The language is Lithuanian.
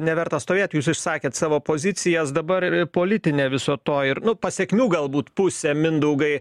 neverta stovėt jūs išsakėt savo pozicijas dabar politinė viso to ir nu pasekmių galbūt pusė mindaugai